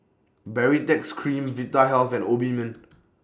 Baritex Cream Vitahealth and Obimin